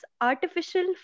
artificial